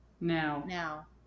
Now